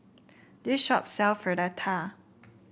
this shop sell Fritada